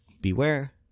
beware